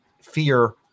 fear